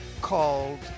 called